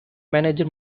manager